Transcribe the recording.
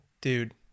dude